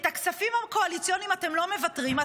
על הכספים הקואליציוניים אתם לא מוותרים,